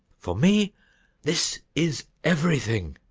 for me this is everything.